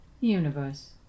universe